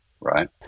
right